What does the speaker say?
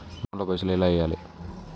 నా అకౌంట్ ల పైసల్ ఎలా వేయాలి?